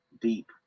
deep